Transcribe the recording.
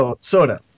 soda